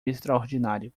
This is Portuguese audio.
extraordinário